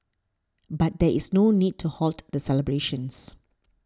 but there is no need to halt the celebrations